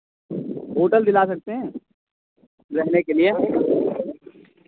hotel दिला सकते हैं रहने के लिए